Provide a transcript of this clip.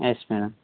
yes madam